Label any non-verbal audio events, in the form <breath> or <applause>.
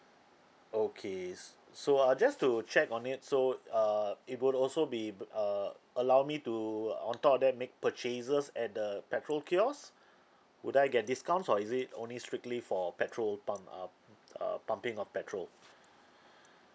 okay s~ so uh just to check on it so err it would also be able uh allow me to uh on top of that make purchases at the petrol kiosk <breath> would I get discounts or is it only strictly for petrol pump uh uh pumping of petrol <breath>